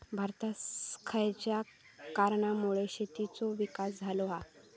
भारतात खयच्या कारणांमुळे शेतीचो विकास झालो हा?